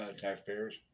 taxpayers